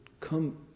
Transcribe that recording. come